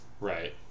Right